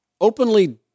openly